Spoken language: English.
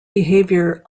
behavior